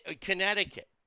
Connecticut